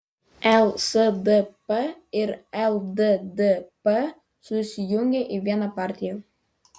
lsdp ir lddp susijungė į vieną partiją